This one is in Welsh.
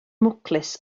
mwclis